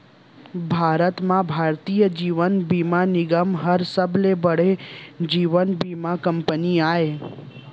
भारत म भारतीय जीवन बीमा निगम हर सबले बड़े जीवन बीमा कंपनी आय